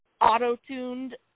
auto-tuned